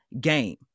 game